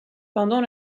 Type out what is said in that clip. pendant